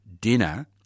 dinner